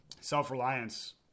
self-reliance